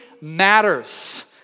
matters